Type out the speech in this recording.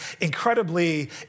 incredibly